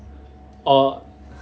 oh